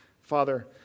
Father